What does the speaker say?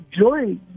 Joy